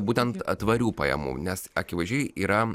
būtent tvarių pajamų nes akivaizdžiai yra